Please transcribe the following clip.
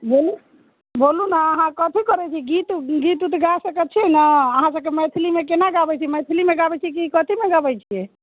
बोलू बोलू ने अहाँ कथी करैत छी गीत गीत ओत गा सकैत छी आ अहाँ सभकेँ मैथिलीमे केना गाबैत छियै मैथिलीमे गाबैत छियै कि कथीमे गाबैत छियै